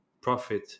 profit